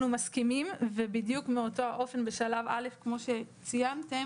אנחנו מסכימים ובדיוק מאותו האופן בשלב א' כמו שציינתם,